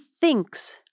thinks